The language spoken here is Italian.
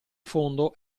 fondo